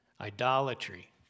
idolatry